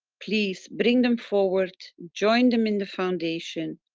please bring them forward, join them in the foundation.